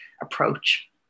approach